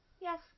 Yes